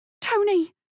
Tony